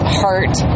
heart